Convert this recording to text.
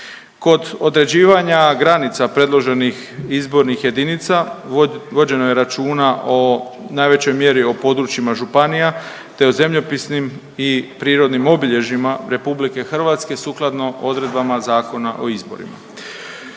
Kod određivanja granica predloženih izbornih jedinica vođeno je računa o najvećoj mjeri o područjima županija te o zemljopisnim i prirodnim obilježjima RH sukladno odredbama Zakona o izborima.